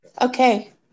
Okay